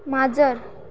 माजर